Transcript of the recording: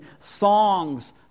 songs